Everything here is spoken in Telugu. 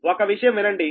ఒక విషయం వినండి